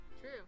True